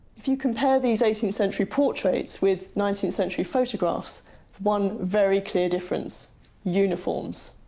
if you compare these eighteenth century portraits with nineteenth century photographs, the one very clear difference uniforms.